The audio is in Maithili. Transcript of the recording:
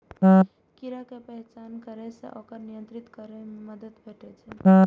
कीड़ा के पहचान करै सं ओकरा नियंत्रित करै मे मदति भेटै छै